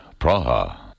Praha